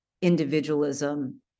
individualism